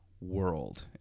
world